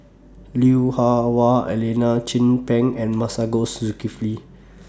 Lui Hah Wah Elena Chin Peng and Masagos Zulkifli